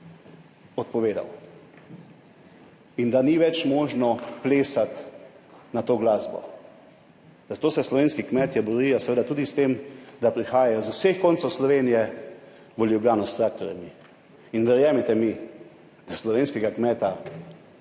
odpovedal in da ni več možno plesati na to glasbo. Zato se slovenski kmetje borijo, seveda tudi s tem, da prihajajo z vseh koncev Slovenije v Ljubljano s traktorji. In verjemite mi, da slovenskega kmeta